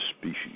species